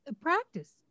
practice